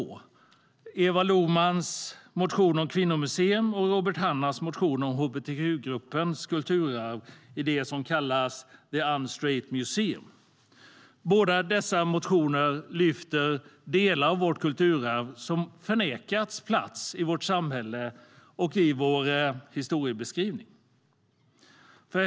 Det är Eva Lohmans motion om kvinnomuseum och Robert Hannahs motion om hbtq-gruppens kulturarv i det som kallas The Unstraight Museum. Båda dessa motioner lyfter fram delar av vårt kulturarv som förnekats plats i vårt samhälle och i vår historiebeskrivning.